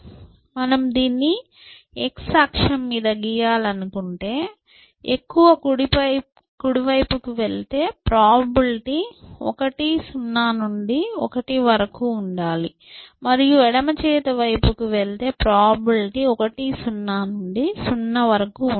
మనము దీన్ని x అక్షం మీద గీయాలనుకుంటే ఎక్కువ కుడి వైపుకు వెళితే ప్రాబబిలిటీ 10 నుండి 1 వరకు ఉండాలి మరియు ఎడమ చేతి వైపుకు వెళితే ప్రాబబిలిటీ 10 నుండి 0 వరకు ఉండాలి